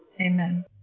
Amen